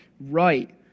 right